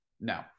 No